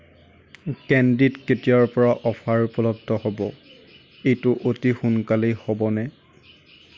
কেণ্ডিত কেতিয়াৰ পৰা অফাৰ উপলব্ধ হ'ব এইটো অতি সোনকালেই হ'বনে